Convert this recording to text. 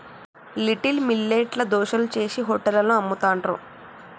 little millet ల దోశలు చేశి హోటళ్లలో అమ్ముతాండ్రు